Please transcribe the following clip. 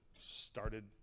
started